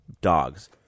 dogs